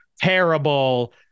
terrible